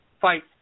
fight